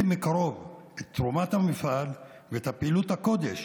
מקרוב את תרומת המפעל ואת פעילות הקודש